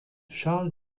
charles